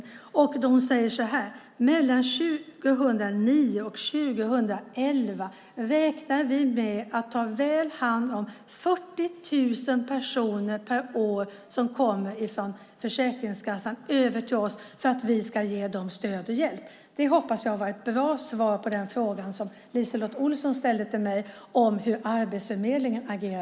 Arbetsförmedlingen säger så här: Mellan 2009 och 2011 räknar vi med att ta väl hand om 40 000 personer per år som kommer över till oss från Försäkringskassan för att vi ska ge dem stöd och hjälp. Det hoppas jag var ett bra svar på den fråga som LiseLotte Olsson ställde till mig om hur Arbetsförmedlingen agerar.